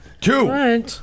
two